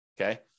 Okay